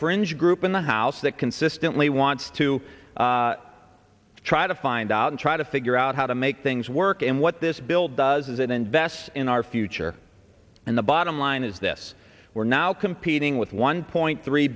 fringe group in the house that consistently wants to try to find out and try to figure out how to make things work and what this bill does is it invests in our future and the bottom line is this we're now competing with one point three